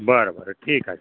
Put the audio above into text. बरं बरं ठीक आहे